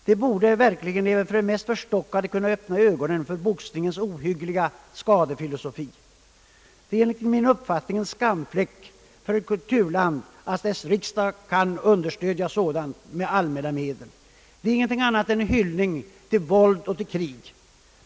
Det borde även för den mest förstockade kunna öppna ögonen för boxningens ohyggliga skadefilosofi. Enligt min mening är det en skamfläck för ett kulturland att dess riksdag skall understödja sådant med allmänna medel. Det är ingenting annat än en hyllning till våld och krig.